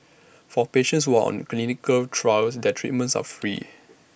for patients who are on clinical trials their treatments are free